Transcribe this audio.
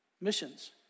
Missions